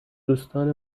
دوستان